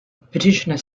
petitioner